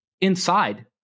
inside